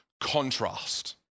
contrast